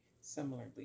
similarly